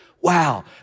Wow